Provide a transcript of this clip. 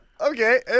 Okay